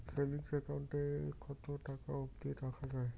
Savings account এ কতো টাকা অব্দি রাখা যায়?